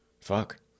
Fuck